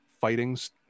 fightings